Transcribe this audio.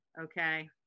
Okay